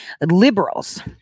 liberals